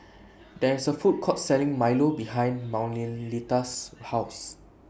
There IS A Food Court Selling Milo behind Manuelita's House